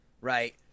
right